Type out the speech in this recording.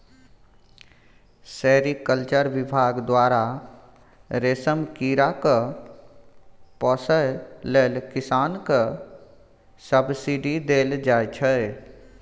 sericulture बिभाग द्वारा रेशम कीरा केँ पोसय लेल किसान केँ सब्सिडी देल जाइ छै